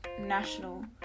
National